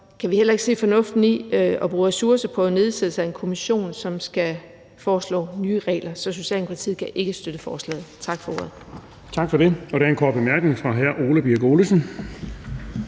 kan vi heller ikke se fornuften i at bruge ressourcer på nedsættelse af en kommission, som skal foreslå nye regler. Så Socialdemokratiet kan ikke støtte forslaget. Tak for ordet. Kl. 17:44 Den fg. formand (Erling Bonnesen):